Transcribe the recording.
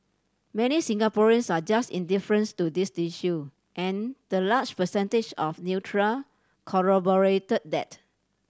many Singaporeans are just indifferent to this issue and the large percentage of neutral corroborated that